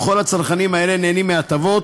וכל הצרכנים האלה נהנים מהטבות